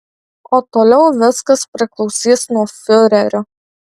o toliau viskas priklausys nuo fiurerio